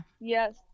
Yes